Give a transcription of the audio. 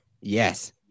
Yes